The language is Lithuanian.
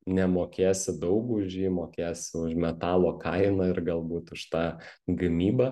nemokėsi daug už jį mokėsi už metalo kainą ir galbūt už tą gamybą